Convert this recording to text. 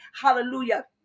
hallelujah